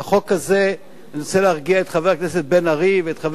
אני מנסה להרגיע את חבר הכנסת בן-ארי ואת חבר הכנסת נסים זאב,